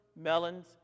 melons